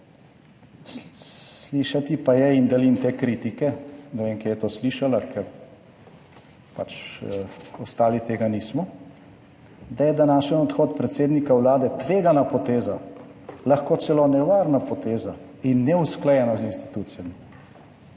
»Slišati pa je, in delim te kritike«, ne vem kje je to slišala, ker pač ostali tega nismo, »da je današnji odhod predsednika vlade tvegana poteza, lahko celo nevarna poteza in neusklajena z institucijami«,